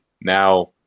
now